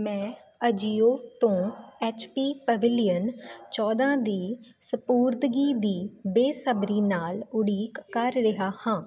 ਮੈਂ ਅਜੀਓ ਤੋਂ H P pavilion ਚੌਦ੍ਹਾਂ ਦੀ ਸਪੁਰਦਗੀ ਦੀ ਬੇਸਬਰੀ ਨਾਲ ਉਡੀਕ ਕਰ ਰਿਹਾ ਹਾਂ